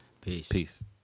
Peace